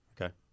Okay